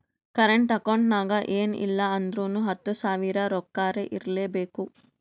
current account ನಾಗ್ ಎನ್ ಇಲ್ಲ ಅಂದುರ್ನು ಹತ್ತು ಸಾವಿರ ರೊಕ್ಕಾರೆ ಇರ್ಲೆಬೇಕು